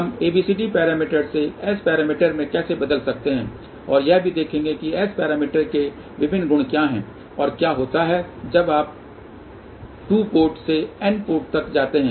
हम ABCD parameter से S parameter में कैसे बदल सकते हैं और यह भी देखेंगे कि S पैरामीटर के विभिन्न गुण क्या हैं और क्या होता है जब आप 2 पोर्ट से n पोर्ट तक जाते हैं